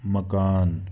मकान